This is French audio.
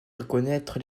reconnaître